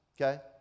okay